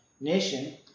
nation